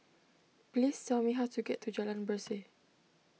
please tell me how to get to Jalan Berseh